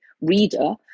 reader